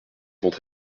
vont